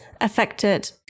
affected